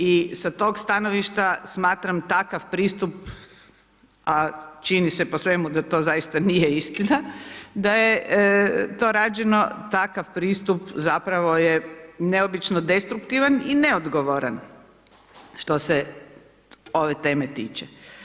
I sa tog stanovništva, smatram takav pristup a čini se po svemu da to zaista nije istina, da je to rađeno, takav pristup, zapravo je neobično destruktivan i neogovaran, što se ove teme tiče.